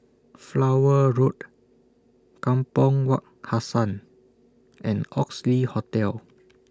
Flower Road Kampong Wak Hassan and Oxley Hotel